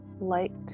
light